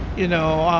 you know,